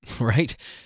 Right